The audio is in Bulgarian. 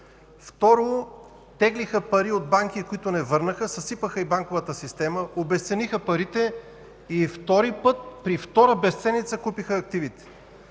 Второ, теглиха пари от банки, които не върнаха, съсипаха и банковата система, обезцениха парите. И втори път, при втора безценица купиха активите.